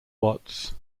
watts